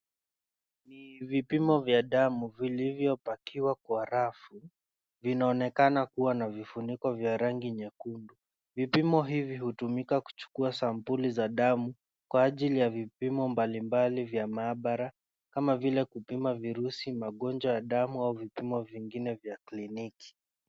Vipimo vya damu vilivyopakiwa kwenye rafu vinaonekana kuwa na vifuniko vya rangi nyekundu. Vipimo hivi hutumika kuchukua sampuli za damu kwa ajili ya vipimo mbalimbali vya maabara, kama vile vya kupima virusi, magonjwa ya damu, au vipimo vingine vya kliniki.